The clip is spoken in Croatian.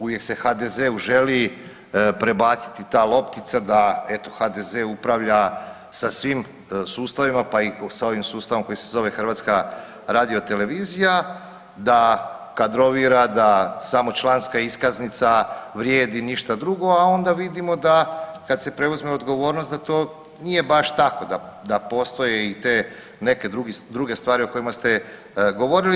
Uvijek se HDZ-u želi prebaciti ta loptica da eto HDZ-e upravlja sa svim sustavima, pa i sa ovim sustavom koji se zove Hrvatska radiotelevizija da kadrovira, da samo članska iskaznica vrijedi, ništa drugo, a onda vidimo da kada se preuzme odgovornost da to nije baš tako da postoje i te neke druge stvari o kojima ste govorili.